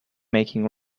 making